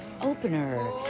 opener